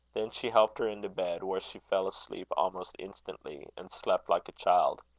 then she helped her into bed, where she fell asleep almost instantly, and slept like a child.